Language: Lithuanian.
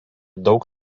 daug